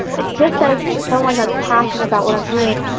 it just says someone's that passionate about what i'm doing,